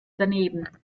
daneben